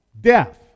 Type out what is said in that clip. Death